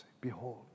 Behold